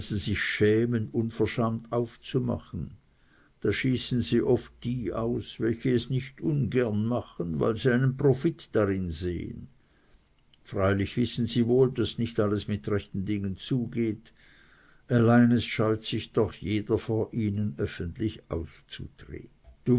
sie sich schämen unverschant aufzumachen da schießen sie oft die aus welche es nicht ungern machen weil sie einen profit darin sehen freilich wissen sie wohl daß nicht alles mit rechten dingen zugeht allein es scheut sich doch jeder vor ihnen öffentlich aufzutreten